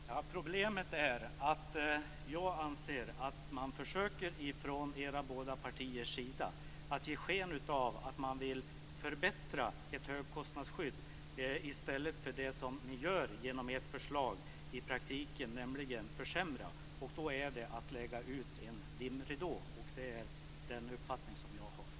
Fru talman! Problemet är att jag anser att ni från era båda partiers sida försöker att ge sken av att ni vill förbättra högskostnadsskyddet i stället för det ni i praktiken gör med ert förslag, nämligen försämra. Det är att lägga ut en dimridå. Det är den uppfattning jag har.